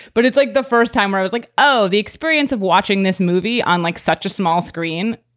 but it's like the first time where i was like, oh, the experience of watching this movie on, like, such a small screen.